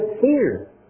fear